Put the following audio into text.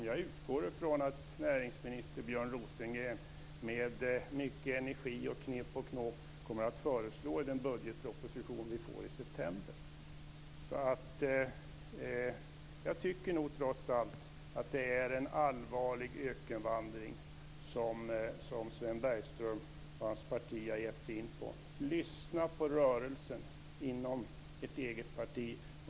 Jag utgår från att näringsminister Björn Rosengren med mycket energi och knep och knåp kommer att föreslå pengar just till vägar i den budgetproposition som vi får i september. Jag tycker trots allt att det är en allvarlig ökenvandring som Sven Bergström och hans parti har gett sig in på. Lyssna på rörelsen inom ert eget parti!